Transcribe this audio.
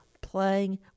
Playing